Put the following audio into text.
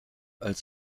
als